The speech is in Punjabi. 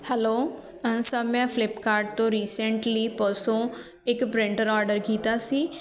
ਹੈਲੋ ਸਰ ਮੈਂ ਫਲਿਪਕਾਰਟ ਤੋਂ ਰੀਸੈਂਟਲੀ ਪਰਸੋਂ ਇੱਕ ਪ੍ਰਿੰਟਰ ਔਡਰ ਕੀਤਾ ਸੀ